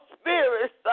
spirits